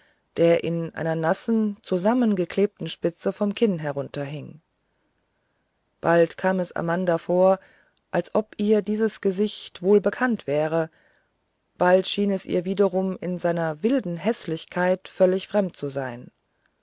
der in einer nassen zusammengeklebten spitze vom kinn herunterhing bald kam es amanda vor als ob ihr dies gesicht wohlbekannt wäre bald schien es ihr wiederum in seiner wilden häßlichkeit völlig fremd zu sein